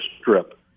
strip